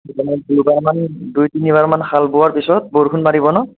দুই তিনিবাৰ মান হাল বোৱাৰ পিছত বৰষুণ মাৰিব ন